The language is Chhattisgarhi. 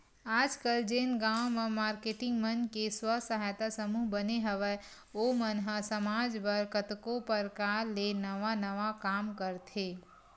आजकल जेन गांव म मारकेटिंग मन के स्व सहायता समूह बने हवय ओ मन ह समाज बर कतको परकार ले नवा नवा काम करथे